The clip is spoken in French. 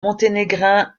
monténégrin